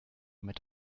mit